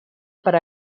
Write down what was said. per